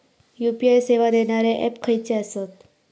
UPI सेवा देणारे app खयचे आसत?